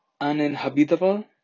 uninhabitable